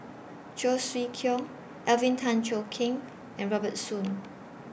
Cheong Siew Keong Alvin Tan Cheong Kheng and Robert Soon